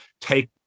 Take